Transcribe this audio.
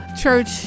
church